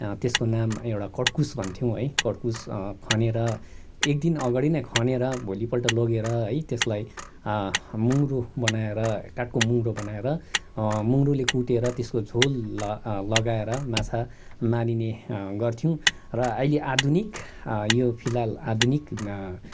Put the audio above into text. त्यसको नाम एउटा कडकुस भन्थ्यौँ है कड्कुस खनेर एकदिन अगाडि नै खनेर भोलिपल्ट लगेर है त्यसलाई मुङ्गरो बनाएर काठको मुङ्गरो बनाएर मुङ्गरोले कुटेर त्यसको झोल ल लगाएर माछा मारिने गर्थ्यौँ र अहिले आधुनिक यो फिलहाल आधुनिक